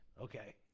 Okay